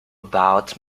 about